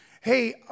hey